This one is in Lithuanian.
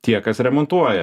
tie kas remontuoja